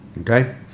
okay